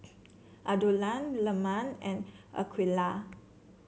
Abdullah Leman and Aqeelah